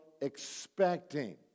expecting